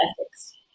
ethics